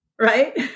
right